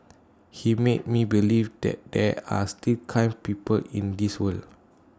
he made me believe that there are still kind people in this world